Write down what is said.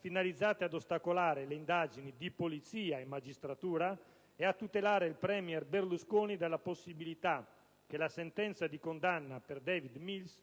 finalizzate ad ostacolare le indagini di polizia e magistratura e a tutelare il *premier* Berlusconi dalla possibilità che la sentenza di condanna per David Mills